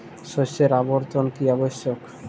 শস্যের আবর্তন কী আবশ্যক?